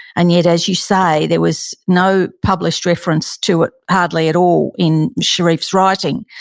and yet as you say, there was no published reference to it hardly at all in sherif's writing,